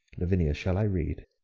lavinia, shall i read?